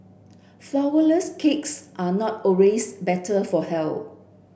flourless cakes are not always better for health